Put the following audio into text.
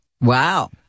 Wow